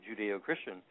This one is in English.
Judeo-Christian